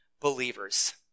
believers